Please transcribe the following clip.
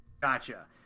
Gotcha